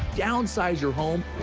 downsize your home.